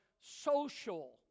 social